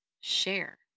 share